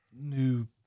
New